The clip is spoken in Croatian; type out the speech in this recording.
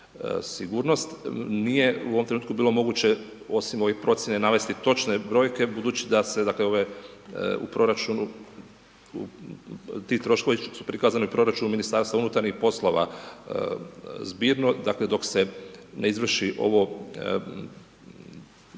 sigurnost, nije u ovom trenutku osim ovih procijene, navesti točne brojke, budući da se, dakle, ove u proračunu, ti troškovi su prikazani u proračunu MUP-a zbirno, dakle, dok se ne izvrši ovo